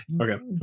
Okay